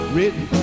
Written